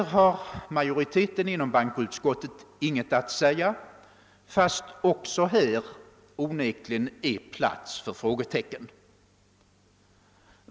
Majoriteten inom bankoutskottet har inte haft något att säga på denna punkt trots att det också här onekligen finns plats för frågetecken.